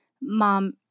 mom